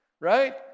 Right